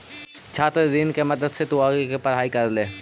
छात्र ऋण के मदद से तु आगे के पढ़ाई कर ले